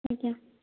ଆଜ୍ଞା